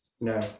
no